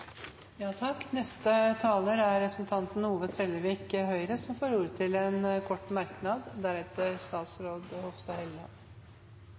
Representanten Ove Trellevik har hatt to ganger og får ordet til en kort merknad,